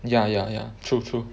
ya ya ya true true